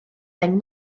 deng